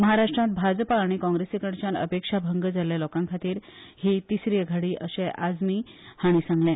महाराष्ट्रात भाजपा आनी काँग्रेसीकडच्यान अपेक्षा भंग जाल्ल्या लोकांखातीर ही तिसरी आघाडी अशे आजमी हाणी सांगले